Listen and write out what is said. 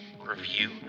review